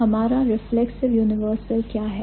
हमारा reflexive universal क्या है